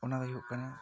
ᱚᱱᱟ ᱫᱚ ᱦᱩᱭᱩᱜ ᱠᱟᱱᱟ